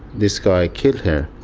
this guy killed her.